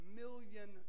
million